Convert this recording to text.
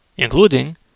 Including